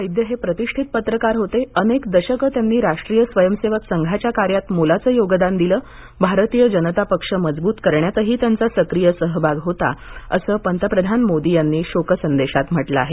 वैद्य हे प्रतिष्ठित पत्रकार होते अनेक दशकं त्यांनी राष्ट्रीय स्वयंसेवक संघाच्या कार्यात मोलाचं योगदान दिलं भारतीय जनता पक्ष मजबूत करण्यातही त्यांचा सक्रीय सहभाग होता असं पंतप्रधान मोदी यांनी शोकसंदेशात म्हटलं आहे